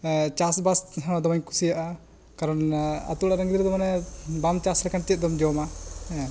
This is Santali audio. ᱪᱟᱥ ᱵᱟᱥ ᱦᱚᱸ ᱫᱚᱢᱮᱧ ᱠᱩᱥᱤᱭᱟᱜᱼᱟ ᱠᱟᱨᱚᱱ ᱮ ᱟᱛᱳ ᱚᱲᱟᱜ ᱨᱮᱱ ᱜᱤᱫᱽᱨᱟᱹ ᱫᱚ ᱢᱟᱱᱮ ᱵᱟᱢ ᱪᱟᱥ ᱞᱮᱠᱷᱟᱱ ᱪᱮᱫ ᱫᱚᱢ ᱡᱚᱢᱟ